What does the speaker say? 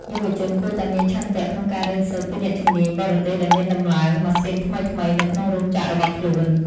យុវជនគួរតែមានឆន្ទៈក្នុងការរៀនសូត្រពីអ្នកជំនាញបរទេសដែលមកតម្លើងម៉ាស៊ីនថ្មីៗនៅក្នុងរោងចក្ររបស់ខ្លួន។